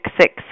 six